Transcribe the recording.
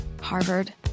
Harvard